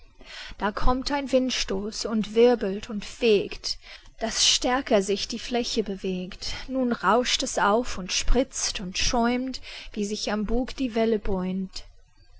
da kommt ein windstoß und wirbelt und fegt daß stärker sich die fläche bewegt nun rauscht es auf und spritzt und schäumt wie sich am bug die welle bäumt